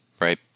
right